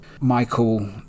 Michael